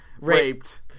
raped